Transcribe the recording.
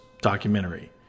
documentary